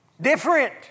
different